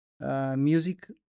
Music